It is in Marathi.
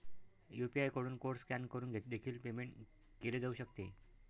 यू.पी.आय कडून कोड स्कॅन करून देखील पेमेंट केले जाऊ शकते